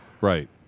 right